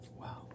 Wow